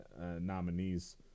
nominees